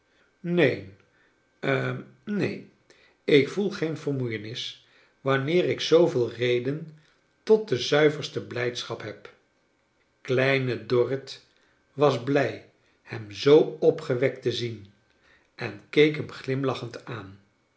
neen hm neen ik voel geen vermoeienis wanneer ik zooveel reden tot de zuiverste blijdschap heb kleine dorrit was blij hem zoo opgewekt te zien en keek hem glimlac hend aan